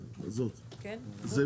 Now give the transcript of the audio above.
את מורידה את ההסתייגות שלה, הזאת.